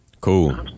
Cool